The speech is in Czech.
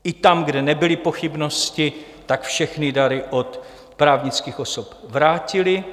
I tam, kde nebyly pochybnosti, všechny dary od právnických osob vrátili.